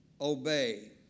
obey